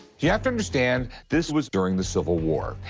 you have to understand this was during the civil war.